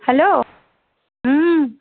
hello হুম